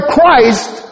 Christ